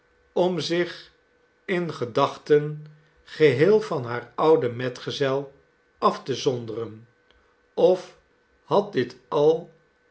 om zich in gedachten geheel van haar ouden metgezel af te zonderen of had dit al